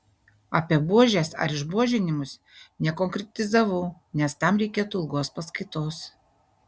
apie buožes ar išbuožinimus nekonkretizavau nes tam reikėtų ilgos paskaitos